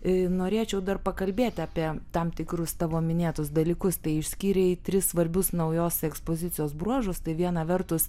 i norėčiau dar pakalbėti apie tam tikrus tavo minėtus dalykus tai išskyrei tris svarbius naujos ekspozicijos bruožus tai viena vertus